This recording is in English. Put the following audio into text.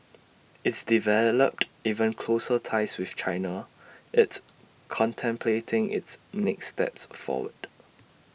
it's developed even closer ties with China it's contemplating its next steps forward